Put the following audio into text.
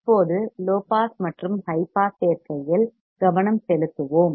இப்போது low pass மற்றும் high pass சேர்க்கையில் கவனம் செலுத்துவோம்